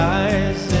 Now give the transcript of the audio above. eyes